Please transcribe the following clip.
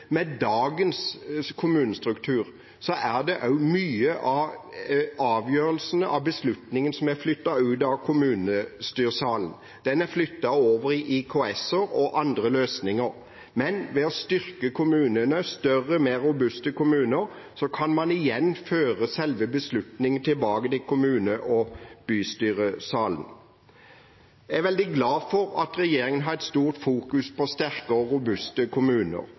med dagens kommunestruktur er også mange av avgjørelsene og beslutningene flyttet ut av kommunestyresalen. De er flyttet over til IKS-er og andre løsninger. Men ved å styrke kommunene så de blir større og mer robuste, kan man igjen føre beslutningene tilbake til kommunestyre- og bystyresalen. Jeg er veldig glad for at regjeringen i stor grad fokuserer på sterke og robuste kommuner,